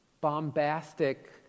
bombastic